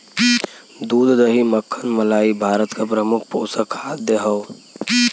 दूध दही मक्खन मलाई भारत क प्रमुख पोषक खाद्य हौ